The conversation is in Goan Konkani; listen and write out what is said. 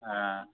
आं